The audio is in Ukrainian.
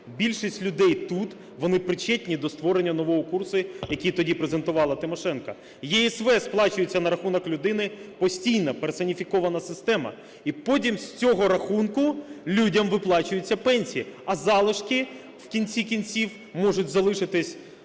Більшість людей тут, вони причетні до створення нового курсу, який тоді презентувала Тимошенко. ЄСВ сплачується на рахунок людини постійно, персоніфікована система, і потім з цього рахунку людям виплачуються пенсії, а залишки в кінці кінців можуть залишитися